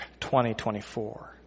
2024